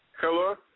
hello